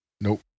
Nope